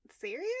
serious